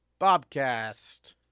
Bobcast